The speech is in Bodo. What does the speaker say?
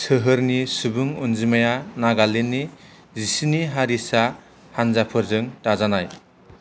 सोहोरनि सुबुं अनजिमाया नागालेण्डनि जिस्नि हारिसा हान्जाफोरजों दाजानाय